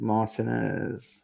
Martinez